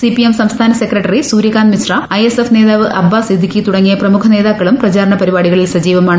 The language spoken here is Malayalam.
സിപിഎം സംസ്ഥാന സെക്രട്ടറി സൂര്യകാന്ത് മിശ്ര ഐഎസ്എഫ് നേതാവ് അബ്ബാസ് സിദ്ദിഖി തുടങ്ങിയ പ്രമുഖ നേതാ ക്കളും പ്രചാരണ പരിപാടികളിൽ സജീവമാണ്